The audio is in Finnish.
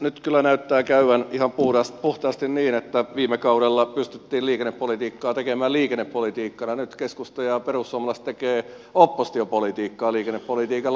nyt kyllä näyttää käyvän ihan puhtaasti niin että viime kaudella pystyttiin liikennepolitiikkaa tekemään liikennepolitiikkana ja nyt keskusta ja perussuomalaiset tekevät oppositiopolitiikkaa liikennepolitiikalla